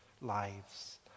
lives